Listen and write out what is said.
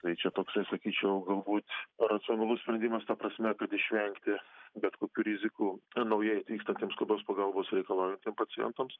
tai čia toksai sakyčiau galbūt racionalus sprendimas ta prasme kad išvengti bet kokių rizikų naujai atvykstantiems skubios pagalbos reikalaujantiem pacientams